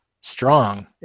strong